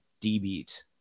D-Beat